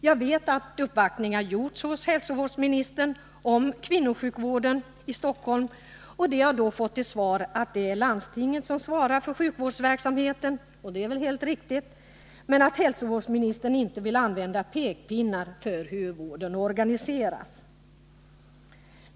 Jag vet att uppvaktningar om kvinnosjukvården i Stockholm har gjorts hos hälsovårdsministern. De som deltagit i uppvaktningarna har fått till svar att det är landstinget som svarar för sjukvårdsverksamheten — det är ju helt riktigt — och att hälsovårdsministern inte vill komma med pekpinnar för hur vården organiseras.